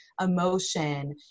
emotion